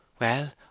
Well